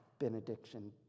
benediction